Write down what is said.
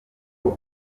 uko